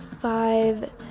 five